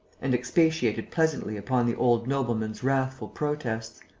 and expatiated pleasantly upon the old nobleman's wrathful protests.